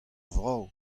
vrav